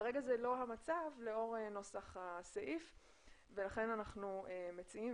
כרגע זה לא המצב לאור נוסח הסעיף ולכן אנחנו מציעים